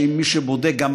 שמי שבודק,